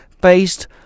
based